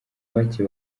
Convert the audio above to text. bake